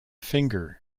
finger